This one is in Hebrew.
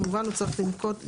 כמובן הוא צריך לנקוט,